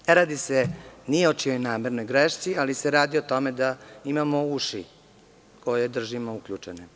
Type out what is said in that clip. Ne radi se ni o čijoj namernoj grešci, ali se radi o tome da imamo uši, koje držimo uključene.